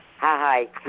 Hi